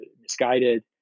misguided